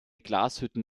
glashütten